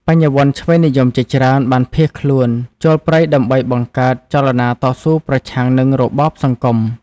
បញ្ញវន្តឆ្វេងនិយមជាច្រើនបានភៀសខ្លួនចូលព្រៃដើម្បីបង្កើតចលនាតស៊ូប្រឆាំងនឹងរបបសង្គម។